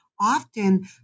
often